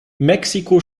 mexiko